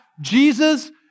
Jesus